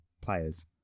players